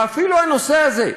ואפילו הנושא הזה,